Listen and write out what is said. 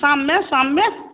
शाम में शाम में